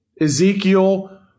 Ezekiel